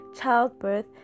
childbirth